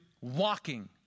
walking